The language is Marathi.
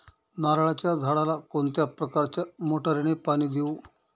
नारळाच्या झाडाला कोणत्या प्रकारच्या मोटारीने पाणी देऊ?